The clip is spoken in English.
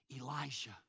Elijah